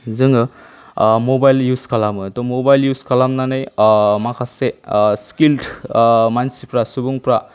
जोङो mobile use खालामो त' मबाइल इउज खालामनानै माखासे ओ स्किल्ड मानसिफोरा सुबुंफोरा